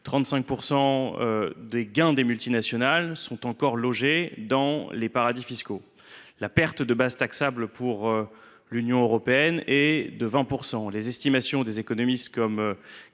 35 % des gains des multinationales sont encore logés dans les paradis fiscaux. La perte de base taxable pour l’Union européenne est de 20 %; pour la France, les estimations d’économistes comme Gabriel